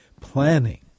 planning